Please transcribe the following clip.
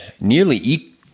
nearly